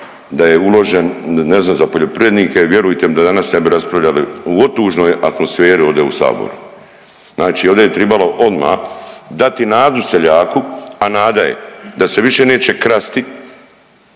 da je uložen, ne znam, za poljoprivrednike, vjerujte mi da danas ne bi raspravljali u otužnoj atmosferi ovdje u Saboru. Znači ovdje je tribalo odmah dati nadu seljaku, a nada je d ase više neće krasti